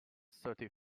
thirty